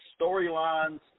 storylines